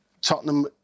Tottenham